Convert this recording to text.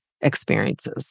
experiences